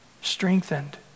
strengthened